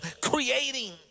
creating